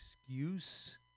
excuse